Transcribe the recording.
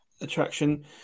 attraction